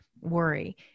worry